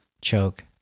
choke